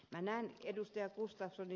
minä näen ed